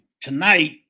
Tonight